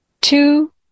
two